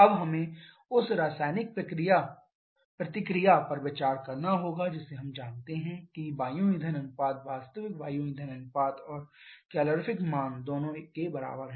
अब हमें उस रासायनिक प्रतिक्रिया पर विचार करना होगा जिसे हम जानते हैं कि वायु ईंधन अनुपात वास्तविक वायु ईंधन अनुपात और कैलोरीफिक मान दोनों के बराबर है